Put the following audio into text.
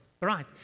right